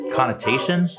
Connotation